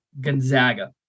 Gonzaga